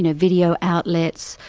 and video outlets,